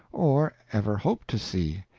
or ever hope to see,